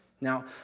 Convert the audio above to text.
Now